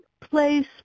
place